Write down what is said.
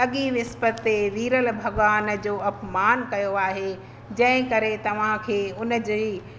अॻिए विसपति ते वीरल भॻवान जो अपमान कयो आहे जंहिं करे तव्हां खे उन जो